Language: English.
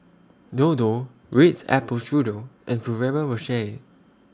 Dodo Ritz Apple Strudel and Ferrero Rocher